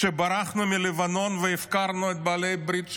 כשברחנו מלבנון והפקרנו את בעלי הברית שלנו,